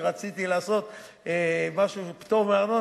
כשרציתי לעשות פטור מארנונה,